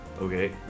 Okay